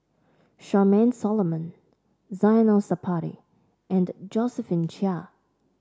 Charmaine Solomon Zainal Sapari and Josephine Chia